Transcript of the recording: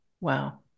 Wow